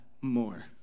more